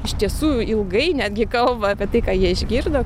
iš tiesų ilgai netgi kalba apie tai ką jie išgirdo